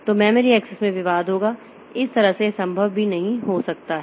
तो memory access में विवाद होगा इस तरह से यह संभव भी नहीं हो सकता है